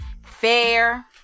Fair